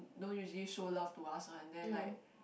don't usually show love to us one then like